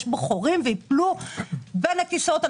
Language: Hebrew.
שיש בו חורים והנשים המוחלשות ביותר ייפלו בין הכיסאות.